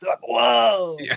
Whoa